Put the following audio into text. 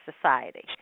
society